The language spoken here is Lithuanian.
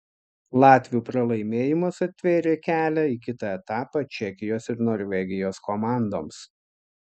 latvių pralaimėjimas atvėrė kelią į kitą etapą čekijos ir norvegijos komandoms